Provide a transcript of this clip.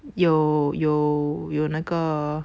有有有那个